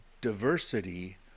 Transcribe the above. diversity